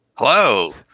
Hello